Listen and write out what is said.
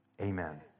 Amen